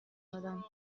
دادم